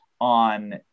on